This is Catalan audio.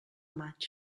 maig